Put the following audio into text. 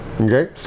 Okay